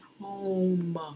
home